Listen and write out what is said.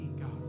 God